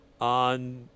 on